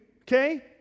okay